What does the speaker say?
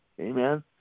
Amen